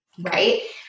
right